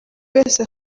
wese